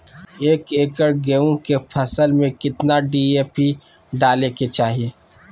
एक एकड़ गेहूं के फसल में कितना डी.ए.पी डाले के चाहि?